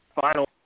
final